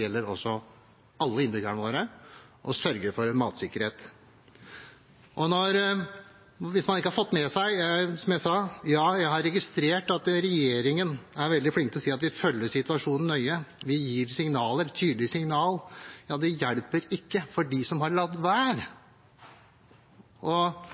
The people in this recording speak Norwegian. gjelder alle innbyggerne våre – å sørge for matsikkerhet. Hvis man ikke har fått det med seg: Som jeg sa, har jeg registrert at regjeringen er veldig flink til å si at de følger situasjonen nøye, de gir tydelige signaler. Ja, det hjelper ikke for dem som har latt være